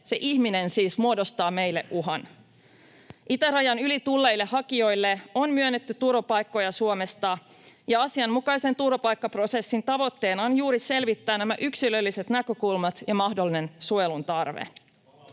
se ihminen — muodostaa meille uhan. Itärajan yli tulleille hakijoille on myönnetty turvapaikkoja Suomesta, ja asianmukaisen turvapaikkaprosessin tavoitteena on juuri selvittää nämä yksilölliset näkökulmat ja mahdollinen suojelun tarve.